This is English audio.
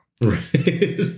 Right